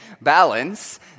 balance